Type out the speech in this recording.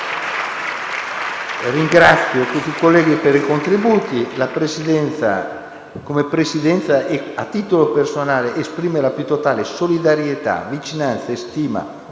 Ringrazio tutti i colleghi per i contributi. La Presidenza, anche a titolo personale, esprime la più totale solidarietà, vicinanza e stima